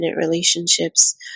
relationships